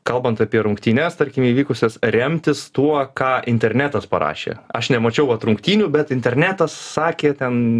kalbant apie rungtynes tarkim įvykusias remtis tuo ką internetas parašė aš nemačiau vat rungtynių bet internetas sakė ten